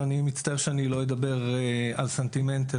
אני מצטער שאני לא אדבר על הסנטימנט,